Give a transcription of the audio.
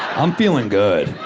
i'm feeling good.